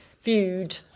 viewed